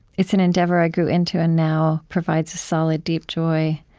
it's an endeavor i grew into and now provides a solid, deep joy.